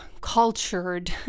cultured